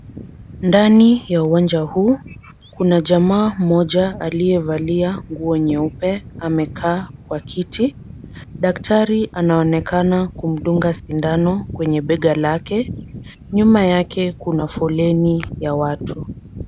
Ndani ya uwanja huu, Kuna jamaa mmoja aliyevalia nguo nyeupe, amekaa kwa kiti. Daktari anaonekana kumdunga sindano kwenye bega lake. Nyuma yake kuna foleni ya watu.